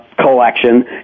collection